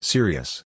Serious